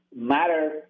matter